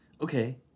okay